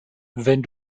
wenn